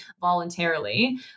voluntarily